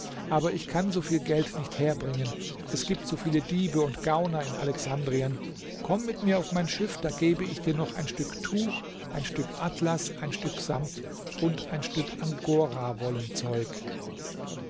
aber ich kann so viel geld nicht herbringen es gibt so viele diebe und gauner in alexandrien komm mit mir auf mein schiff da gebe ich dir noch ein stück tuch ein stück atlas ein stück samt und ein stück angorawollenzeug